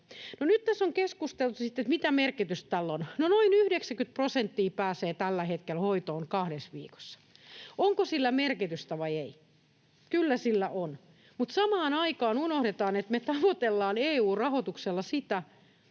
Nyt tässä on keskusteltu sitten siitä, mitä merkitystä tällä on. No, noin 90 prosenttia pääsee tällä hetkellä hoitoon kahdessa viikossa. Onko sillä merkitystä vai ei? Kyllä sillä on, mutta samaan aikaan unohdetaan, että me tavoitellaan EU-rahoituksella sitä,